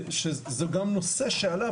זה גם נושא שעלה,